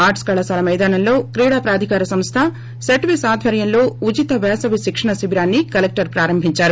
arts కళాశాల మైదానంలో క్రీడాప్రాధికార సంస్థ సెట్ విస్ ఆధ్వర్యంలో ఉచిత వేసవి శిక్షణ శిబిరాన్ని కలక్టర్ ప్రారంభించారు